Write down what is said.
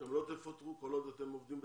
אתם לא תפוטרו כל עוד אתם עובדים בסדר.